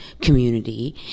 community